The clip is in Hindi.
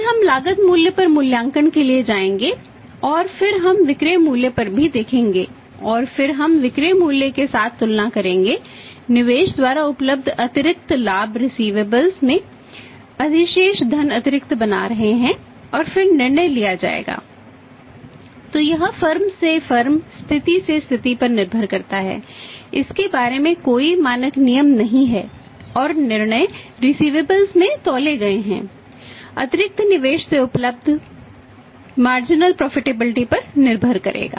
फिर हम लागत मूल्य पर मूल्यांकन के लिए जाएंगे और फिर हम विक्रय मूल्य पर भी देखेंगे और फिर हम विक्रय मूल्य के साथ तुलना करेंगे निवेश द्वारा उपलब्ध अतिरिक्त लाभ रिसिवेबल्स पर निर्भर करेगा